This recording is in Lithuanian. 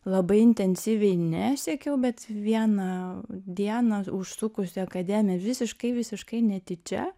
labai intensyviai nesiekiau bet vieną dieną užsukus į akademiją visiškai visiškai netyčia